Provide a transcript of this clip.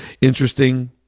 interesting